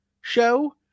show